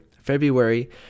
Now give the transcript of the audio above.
February